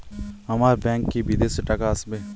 আমার ব্যংকে কি বিদেশি টাকা আসবে?